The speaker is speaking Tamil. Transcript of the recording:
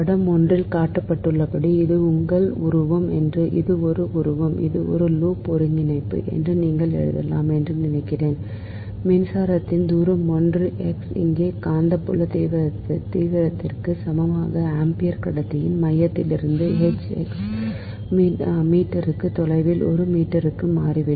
படம் ஒன்றில் காட்டப்பட்டுள்ளபடி இது உங்கள் உருவம் ஒன்று இது ஒரு உருவம் எனவே லூப் ஒருங்கிணைப்பு என்று நீங்கள் எழுதலாம் என்று நினைக்கிறேன் மிம்சாரத்தின் தூரம் I x இங்கே காந்தப்புல தீவிரத்திற்கு சமமான ஆம்பியர் கடத்தியின் மையத்திலிருந்து H x மீட்டருக்கு தொலைவில் ஒரு மீட்டருக்கு மாறிவிடும்